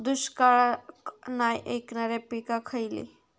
दुष्काळाक नाय ऐकणार्यो पीका खयली?